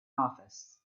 office